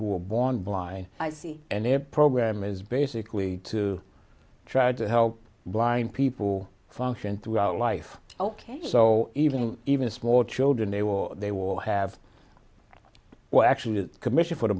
who are born blind i see and their program is basically to try to help blind people function throughout life ok so even even small children they were they will have well actually the commission for the